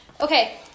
Okay